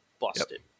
busted